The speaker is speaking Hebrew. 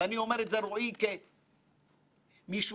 שייקח עליו להוביל את המשימה הזאת.